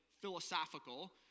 philosophical